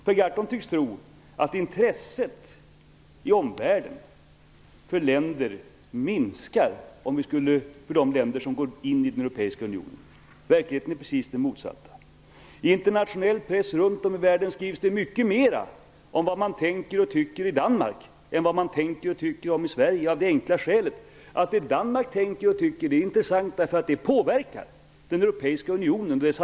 Per Gahrton tycks tro att intresset i omvärlden minskar för de länder som går in i den europeiska unionen. Verkligheten är precis den motsatta. I internationell press runt om i världen skrivs det mycket mer om vad man tänker och tycker i Danmark än om vad man tänker och tycker i Sverige av det enkla skälet att vad Danmark tänker och tycker är intressant därför att det påverkar samarbetet i den europeiska unionen.